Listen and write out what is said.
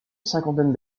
cinquantaine